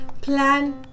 plan